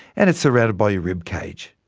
and it's surrounded by your rib cage.